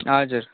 हजुर